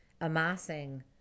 amassing